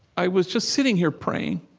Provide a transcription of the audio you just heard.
i was just sitting here praying,